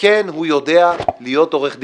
כן הוא יודע להיות עורך דין.